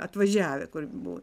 atvažiavę kur buvo